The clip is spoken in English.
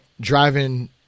driving